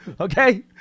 Okay